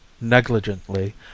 negligently